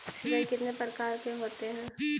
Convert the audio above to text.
सिंचाई कितने प्रकार के होते हैं?